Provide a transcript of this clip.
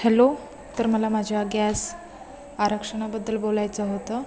hello तर मला माझ्या गॅस आरक्षणाबद्दल बोलायचं होतं